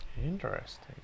interesting